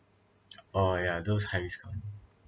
orh yeah those high risk [one]